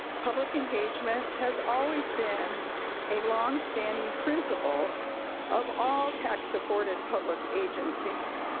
public engagement has always been a longstanding principle of all tax supported public agencies.